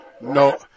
No